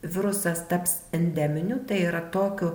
virusas taps endeminiu tai yra tokiu